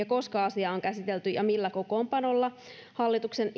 koska asiaa on käsitelty ja millä kokoonpanolla hallituksen